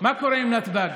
מה קורה עם נתב"ג?